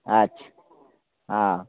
अच्छा हँ